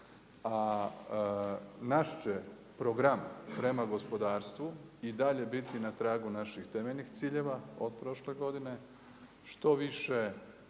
A naš će program prema gospodarstvu i dalje biti na tragu naših temeljnih ciljeva od prošle godine,